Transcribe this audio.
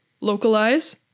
Localize